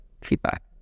feedback